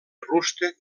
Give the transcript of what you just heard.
rústec